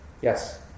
yes